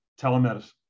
telemedicine